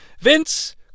Vince